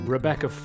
Rebecca